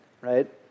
right